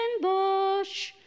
bush